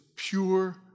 Pure